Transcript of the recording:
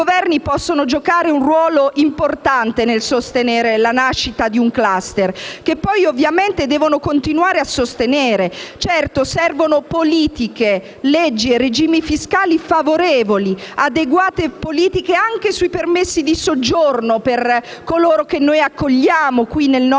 i Governi possono giocare un ruolo importante nel sostenere la nascita di un *cluster*, che poi ovviamente devono continuare a sostenere. Certo, servono politiche, leggi e regimi fiscali favorevoli, adeguate politiche anche sui permessi di soggiorno per coloro che accogliamo nel nostro Paese